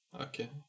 Okay